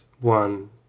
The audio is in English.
one